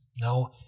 No